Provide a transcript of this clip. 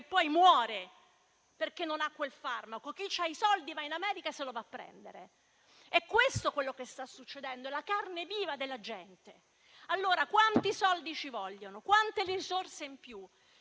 che poi muore perché non ha quel farmaco, mentre chi ha i soldi va in America e se lo va a prendere. Questo è quello che sta succedendo sulla carne viva della gente. Quanti soldi ci vogliono? Quante risorse in più?